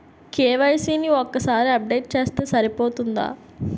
KYC ని ఒక్కసారి update చేస్తే సరిపోతుందా?